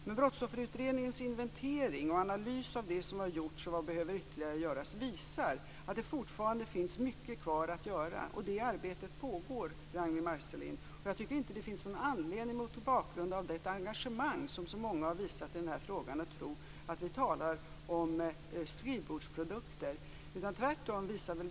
Men Brottsofferutredningens inventering och analys av det som har gjorts och vad som ytterligare behöver göras visar att det fortfarande finns mycket kvar att göra. Det arbetet pågår, Ragnwi Marcelind. Mot bakgrund av det engagemang som så många har visat i den här frågan tycker jag inte att det finns någon anledning att tro att vi talar om skrivbordsprodukter.